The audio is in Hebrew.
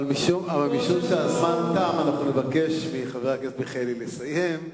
אבל משום שהזמן תם אנחנו נבקש מחבר הכנסת מיכאלי לסיים.